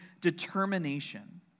determination